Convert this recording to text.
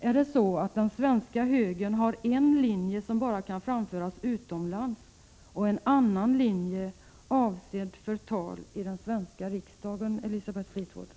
Är det så att den svenska högern har en linje som bara kan framföras utomlands och en annan linje avsedd för tal i den svenska riksdagen, Elisabeth Fleetwood?